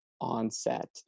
onset